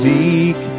Seek